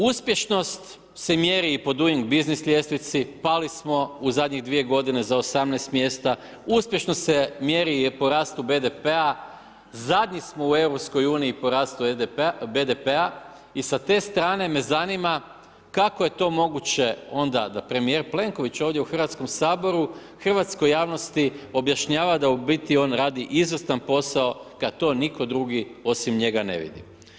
Uspješnost se mjeri i po duing biznis ljestvici, pali smo u zadnjih 2 godine za 18 mjesta, uspješnost se mjeri i po rastu BDP-a zadnji smo u EU po rastu BDP-a i sa te strane me zanima kako je to moguće onda da premijer Plenković ovdje u Hrvatskom saboru hrvatskoj javnosti objašnjava da u biti on radi izvrstan posao kad to niko drugi osim njega ne vidi.